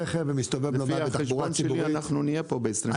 לפי החשבון שלי, אנחנו נהיה פה ב-2027.